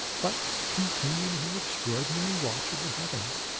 but continued his extraordinary watch of the heavens.